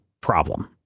problem